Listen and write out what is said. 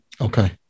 Okay